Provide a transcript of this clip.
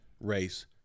race